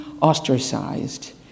ostracized